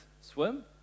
swim